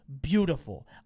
beautiful